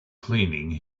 cleaning